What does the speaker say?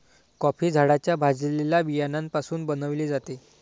coffee झाडाच्या भाजलेल्या बियाण्यापासून बनविली जाते